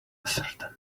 ascertain